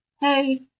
hey